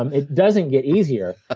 um it doesn't get easier. ah